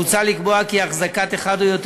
מוצע לקבוע כי החזקת אחד או יותר